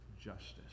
justice